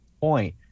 point